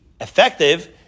effective